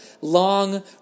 long